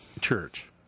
church